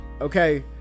okay